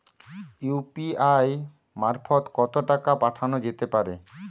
UPI মারফত কত টাকা পাঠানো যেতে পারে?